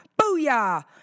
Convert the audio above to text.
Booyah